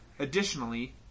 Additionally